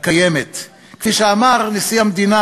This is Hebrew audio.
כנסת נכבדה,